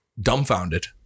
dumbfounded